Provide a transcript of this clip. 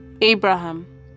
Abraham